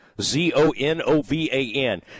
Z-O-N-O-V-A-N